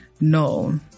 no